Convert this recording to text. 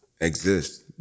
exist